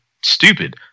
stupid